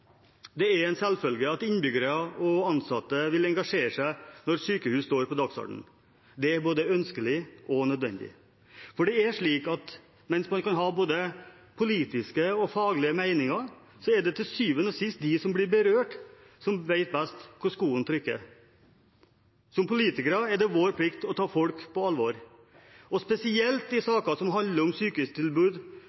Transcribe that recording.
Det er en selvfølge at innbyggere og ansatte vil engasjere seg når sykehus står på dagsordenen. Det er både ønskelig og nødvendig. For det er slik at mens man kan ha både politiske og faglige meninger, er det til syvende og sist de som blir berørt, som vet best hvor skoen trykker. Som politikere er det vår plikt å ta folk på alvor, og spesielt i